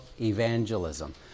evangelism